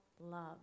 love